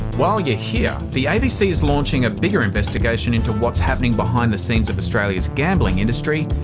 while you're here. the abc is launching a bigger investigation into what's happening behind the scenes of australia's gambling industry.